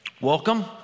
welcome